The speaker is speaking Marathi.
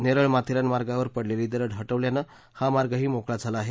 नेरळ माथेरान मार्गावर पडलेली दरड हटवल्यानं हा मार्गही मोकळा झाला आहे